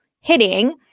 hitting